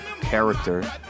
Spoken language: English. character